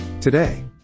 Today